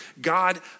God